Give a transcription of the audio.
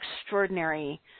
extraordinary